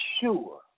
sure